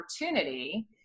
opportunity